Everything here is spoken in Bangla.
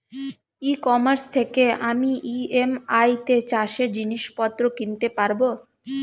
ই কমার্স থেকে আমি ই.এম.আই তে চাষে জিনিসপত্র কিনতে পারব?